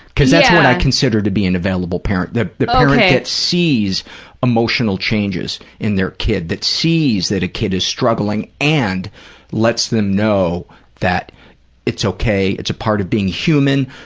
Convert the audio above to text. because that's what i consider to be an available parent, the parent that sees emotional changes in their kid, that sees that a kid is struggling and lets them know that it's okay, it's a part of being human,